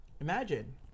Imagine